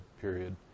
period